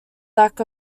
lack